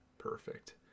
perfect